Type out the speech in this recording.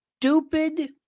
stupid